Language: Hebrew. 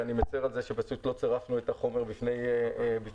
אני מצר על זה שלא צירפנו את החומר בפני הוועדה,